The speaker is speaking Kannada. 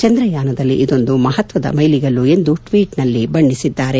ಚಂದ್ರಯಾನದಲ್ಲಿ ಇದೊಂದು ಮಹತ್ವದ ಮೈಲಿಗಲ್ಲು ಎಂದು ಟ್ವೀಟ್ನಲ್ಲಿ ಬಣ್ಣೆಸಿದ್ದಾರೆ